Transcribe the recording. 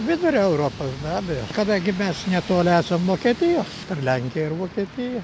vidurio europa be abejo kadangi mes netoli esam vokietijos per lenkiją ir vokietija